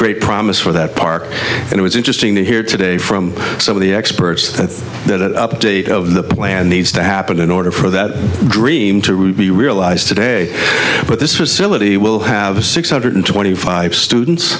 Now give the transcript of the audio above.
great promise for that park and it was interesting to hear today from some of the experts that update of the plan needs to happen in order for that dream to ruby realized today but this facility will have a six hundred twenty five students